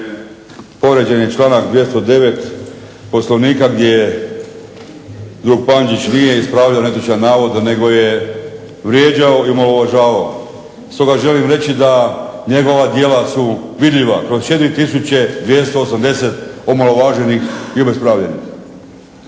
povrijeđen je članak 209. Poslovnika gdje drug Pančić nije ispravljao netočan navod nego je vrijeđao i omalovažavao. Stoga želim reći da njegova djela su vidljiva kroz 4280 omalovaženih i obespravljenih.